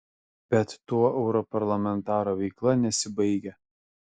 bet tuo europarlamentaro veikla nesibaigia